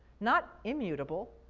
not immutable.